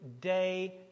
day